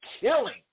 killing